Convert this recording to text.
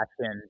action